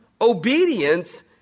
Obedience